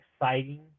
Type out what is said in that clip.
exciting